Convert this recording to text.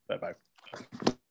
Bye-bye